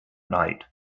night